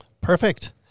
perfect